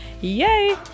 yay